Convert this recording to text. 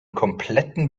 kompletten